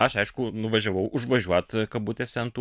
aš aišku nuvažiavau užvažiuot kabutėse ant